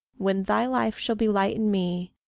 when thy life shall be light in me,